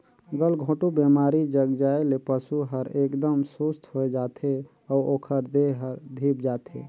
गलघोंटू बेमारी लग जाये ले पसु हर एकदम सुस्त होय जाथे अउ ओकर देह हर धीप जाथे